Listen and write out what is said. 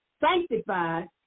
sanctified